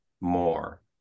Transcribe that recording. more